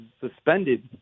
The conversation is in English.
suspended